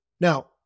Now